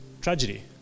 tragedy